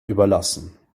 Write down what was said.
überlassen